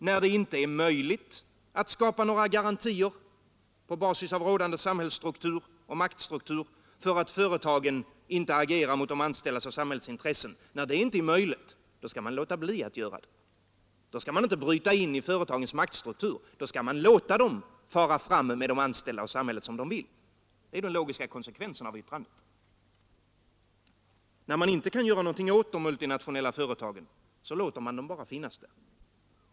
När det inte är möjligt att skapa några garantier — på basis av rådande samhällsstruktur och maktstruktur — för att företagen inte agerar mot de anställdas och samhällets intressen skall man låta bli att göra det. Då skall man inte bryta in i företagens maktstruktur. Då skall man låta företagen fara fram med de anställda och samhället som de vill. Det är den logiska konsekvensen av yttrandet. När man inte kan göra någonting åt de multinationella företagen låter man dem bara finnas där.